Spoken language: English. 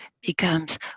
becomes